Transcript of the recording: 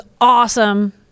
awesome